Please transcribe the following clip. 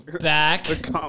Back